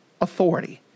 authority